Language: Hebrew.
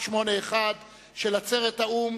181 של עצרת האו"ם,